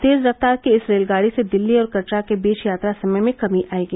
तेज रफ्तार की इस रेलगाड़ी से दिल्ली और कटरा के बीच यात्रा समय में कमी आएगी